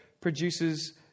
produces